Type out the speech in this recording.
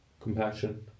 compassion